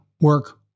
work